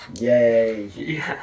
Yay